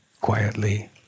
quietly